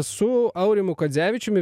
su aurimu kazevičiumi